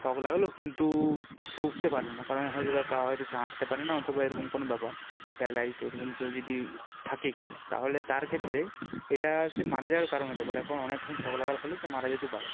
শক লাগলো কিন্তু সে উঠতে পারলো না কারণ হয়তো তাকে হয়তো সে হাঁটতে পারে না অথবা এরকম কোনো ব্যাপার প্যারালাইজড ওরকম কেউ যদি থাকে কেউ তাহলে তার ক্ষেত্রে এটা সে মারা যাওয়ার কারণ হতে পারে কারণ অনেকক্ষণ শক লাগার ফলে সে মারা যেতেও পারে